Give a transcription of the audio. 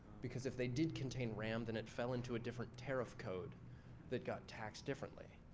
because if they did contain ram, then it fell into a different tariff code that got taxed differently,